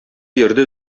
йөрде